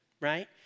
right